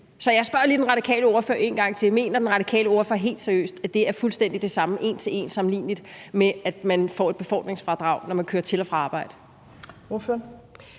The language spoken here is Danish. Så jeg spørger lige den radikale ordfører en gang til: Mener den radikale ordfører helt seriøst, at det er fuldstændig det samme og en til en sammenligneligt med, at man får et befordringsfradrag, når man kører til og fra arbejde?